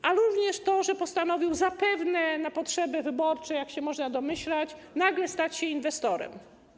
Chodzi również o to, że postanowił, zapewne na potrzeby wyborcze, jak się można domyślać, nagle stać się inwestorem.